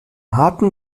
harten